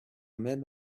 même